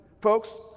folks